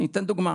אני אתן דוגמה,